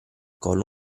collo